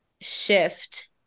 shift